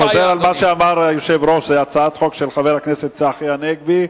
אני חוזר על מה שאמר היושב-ראש: זאת הצעת חוק של חבר הכנסת צחי הנגבי.